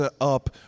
up